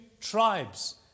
tribes